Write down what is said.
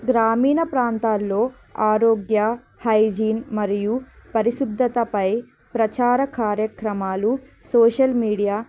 గ్రామీణ ప్రాంతాల్లో ఆరోగ్య హైజీన్ మరియు పరిశుద్ధతపై ప్రచార కార్యక్రమాలు సోషల్ మీడియా